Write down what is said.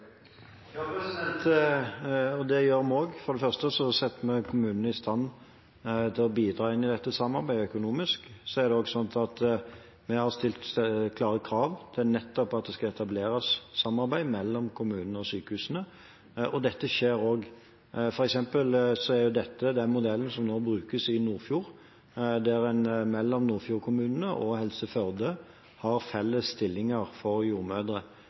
Ja, og det gjør vi. For det første setter vi kommunene i stand til å bidra inn i dette samarbeidet økonomisk, og for det andre har vi stilt klare krav til at det nettopp skal etableres samarbeid mellom kommunene og sykehusene. Dette skjer. For eksempel brukes denne modellen nå i Nordfjord: Nordfjord-kommunene og Helse Førde har felles stillinger for jordmødre.